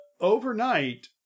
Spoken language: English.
overnight